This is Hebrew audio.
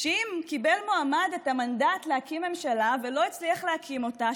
שאם מועמד קיבל את המנדט להקים ממשלה ולא הצליח להקים אותה,